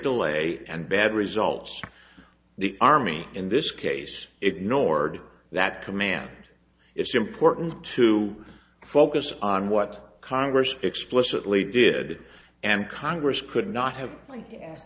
delay and bad results the army in this case ignored that command it's important to focus on what congress explicitly did and congress could not have like to ask